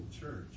church